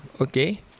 okay